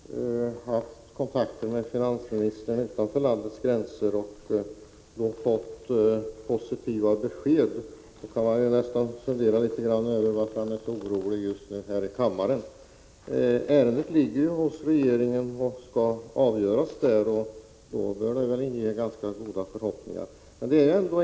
Herr talman! Vi hörde här att Wiggo Komstedt har haft kontakter med finansministern utanför landets gränser och fått positiva besked. Då kan man ju fundera över varför han är så orolig just nu här i kammaren. Ärendet ligger ju hos regeringen och skall avgöras där. Det bör väl inge ganska goda förhoppningar.